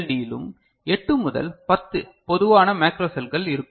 D யிலும் 8 முதல் 10 பொதுவாக மேக்ரோ செல்கள் இருக்கும்